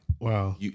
Wow